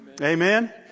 Amen